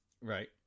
Right